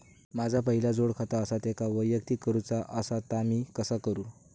माझा पहिला जोडखाता आसा त्याका वैयक्तिक करूचा असा ता मी कसा करू?